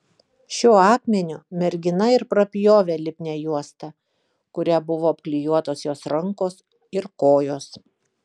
šiuo akmeniu mergina ir prapjovė lipnią juostą kuria buvo apklijuotos jos rankos ir kojos